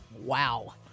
Wow